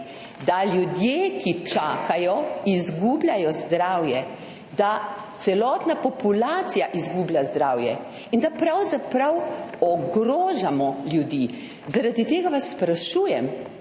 da ljudje, ki čakajo, izgubljajo zdravje, da celotna populacija izgublja zdravje in da pravzaprav ogrožamo ljudi. Zaradi tega vas sprašujem: